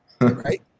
right